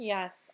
Yes